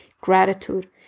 gratitude